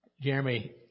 Jeremy